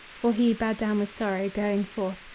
for he, bowed down with sorrow, going forth,